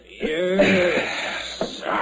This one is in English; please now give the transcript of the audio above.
Yes